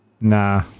Nah